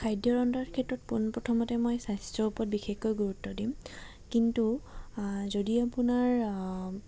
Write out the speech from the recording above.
খাদ্যৰ ৰন্ধাৰ ক্ষেত্ৰত পোনপ্ৰথমতে মই স্বাস্থ্যৰ ওপৰত বিশেষকৈ গুৰুত্ব দিম কিন্তু যদি আপোনাৰ